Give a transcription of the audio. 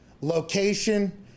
location